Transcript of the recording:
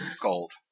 gold